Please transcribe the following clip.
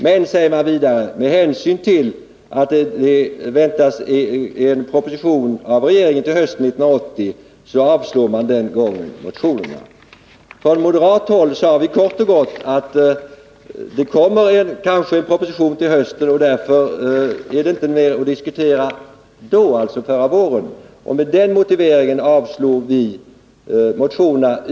Med hänsyn till att regeringen under hösten 1980 väntas lägga fram förslag ———- finner utskottet emellertid att motionerna inte nu bör föranleda någon riksdagens åtgärd, varför utskottet avstyrker bifall till desamma.” Från moderat håll sade vi kort och gott att det med hänsyn till att regeringen under hösten 1980 väntades lägga fram en proposition inte fanns mer att diskutera då — alltså förra våren — och med den motiveringen föreslog vi att motionerna skulle avslås.